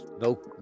No